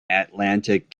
atlantic